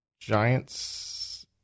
Giants